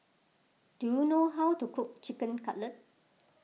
do you know how to cook Chicken Cutlet